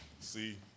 See